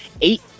eight